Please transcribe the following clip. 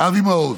אבי מעוז.